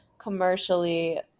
commercially